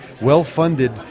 well-funded